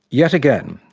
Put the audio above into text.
yet again,